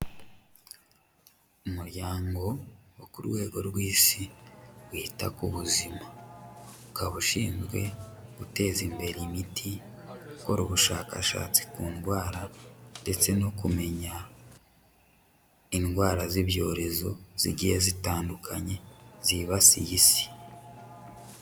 Umuryango wo ku rwego rw'isi wita ku buzima, ukaba ushinzwe guteza imbere imiti, gukora ubushakashatsi ku ndwara ndetse no kumenya indwara z'ibyorezo zigiye zitandukanye zibasiye isi.